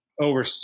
over